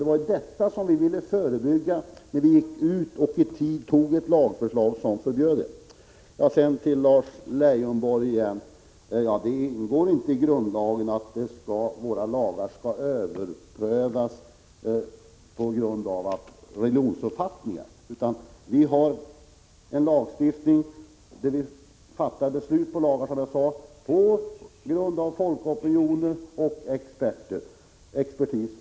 Det var den utvecklingen vi ville förebygga genom att i tid anta ett lagförslag som förbjöd detta. Till Lars Leijonborg vill jag säga att det inte ingår i grundlagen att våra lagar skall överprövas på grund av skilda religionsuppfattningar. Vi fattar beslut om lagar på grundval av folkopinionen och efter hörande av expertis.